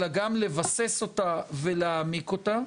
אלא גם לבסס אותה ולהעמיק אותה,